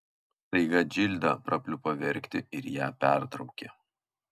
staiga džilda prapliupo verkti ir ją pertraukė